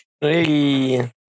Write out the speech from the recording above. Hey